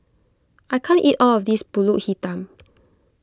I can't eat all of this Pulut Hitam